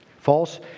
False